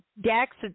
Dax